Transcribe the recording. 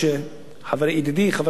ידידי, חבר הכנסת משה גפני: